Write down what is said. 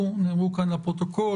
נאמרו כאן לפרוטוקול,